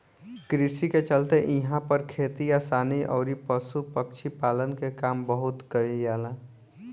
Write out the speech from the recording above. कृषि के चलते इहां पर खेती किसानी अउरी पशु पक्षी पालन के काम बहुत कईल जाला